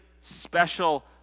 special